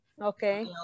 Okay